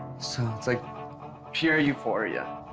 so it's like pure euphoria.